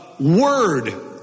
Word